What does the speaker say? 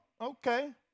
okay